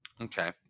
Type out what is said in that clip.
Okay